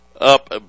up